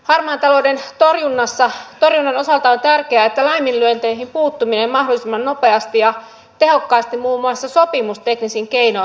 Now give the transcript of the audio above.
harmaan talouden torjunnan osalta on tärkeää että laiminlyönteihin puuttuminen mahdollisimman nopeasti ja tehokkaasti muun muassa sopimusteknisin keinoin olisi mahdollista